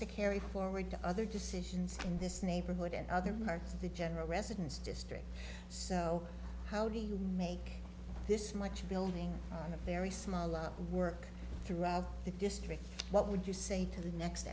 to carry forward to other decisions in this neighborhood and other parts of the general residence district so how do you make this much building on a very small low work throughout the district what would you say to the next